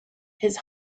his